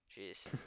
Jeez